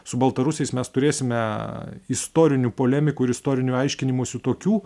su baltarusiais mes turėsime istorinių polemikų ir istorinių aiškinimųsi tokių